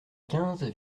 quinze